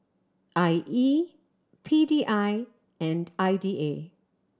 I E P D I and I D A